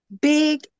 big